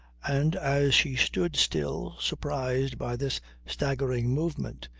and as she stood still, surprised by this staggering movement,